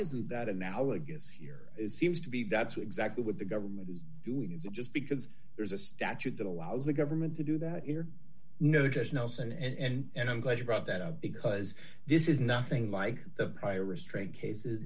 isn't that analogous here is seems to be that's exactly what the government is doing and just because there's a statute that allows the government to do that you know judge nelson and i'm glad you brought that up because this is nothing like the prior restraint cases